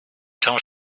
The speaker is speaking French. quand